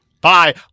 Bye